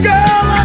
Girl